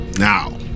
Now